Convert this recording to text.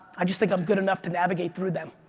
i just think i'm good enough to navigate through them.